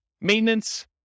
maintenance